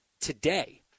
today